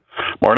Morning